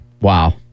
wow